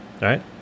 Right